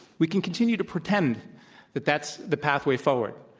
we can continue to pretend that that's the pathway forward.